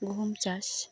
ᱜᱩᱦᱩᱢ ᱪᱟᱥ